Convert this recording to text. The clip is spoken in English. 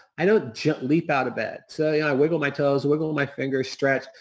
i don't don't leap out of bed. so, yeah i wiggle my toes, wiggle my fingers, stretch.